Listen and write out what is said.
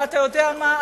ואתה יודע מה,